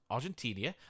Argentina